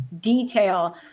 detail